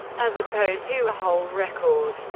as opposed to a hole record.